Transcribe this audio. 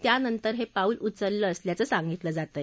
त्या नंतर हे पाऊल उचललं असल्याचं सांगितलं जातंय